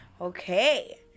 okay